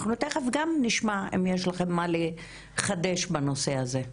אנחנו תיכף נשמע אם יש לכם מה לחדש בנושא הזה.